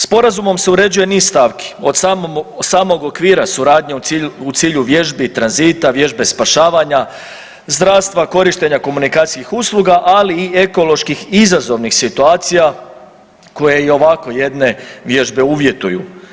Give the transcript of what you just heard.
Sporazumom se uređuje niz stavki od samog okvira suradnje u cilju vježbi tranzita, vježbe spašavanja, zdravstva, korištenja komunikacijskih usluga, ali i ekoloških izazovnih situacija koje ovako jedne vježbe uvjetuju.